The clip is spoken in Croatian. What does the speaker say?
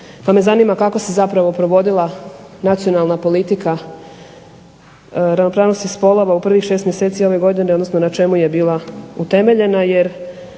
pa me zanima kako se zapravo provodila nacionalna politika ravnopravnosti spolova u prvih šest mjeseci ove godine, odnosno na čemu je bila utemeljena. Jer